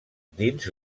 dins